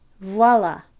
Voila